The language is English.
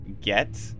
get